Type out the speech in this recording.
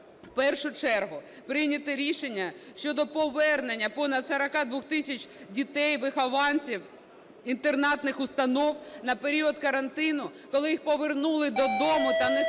в першу чергу прийняти рішення щодо повернення понад 42 тисяч дітей - вихованців інтернатних установ, на період карантину коли їх повернули додому та не створили